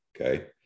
okay